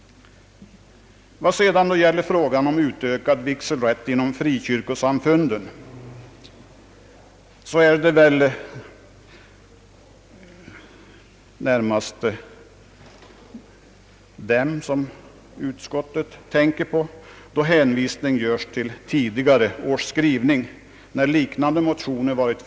Utskottet hänvisar till föregående ärs skrivning i samband med behandlingen av liknande motioner. Utskottet torde med detta närmast syfta på frågan om utökad vigselrätt inom frikyrkosamfunden.